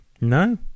No